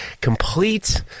complete